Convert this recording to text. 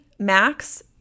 max